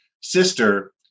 sister